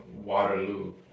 Waterloo